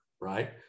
Right